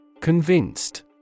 Convinced